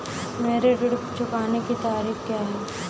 मेरे ऋण को चुकाने की तारीख़ क्या है?